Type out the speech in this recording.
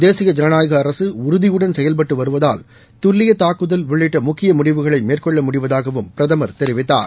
தேசிய இஜனநாயக அரசு உறுதியுடன் செயல்பட்டு வருவதால் துல்லிய தாக்குதல் உள்ளிட்ட முக்கிய முடிவுகளை மேற்கொள்ள முடிவதாகவும் பிரதமர் தெரிவித்தார்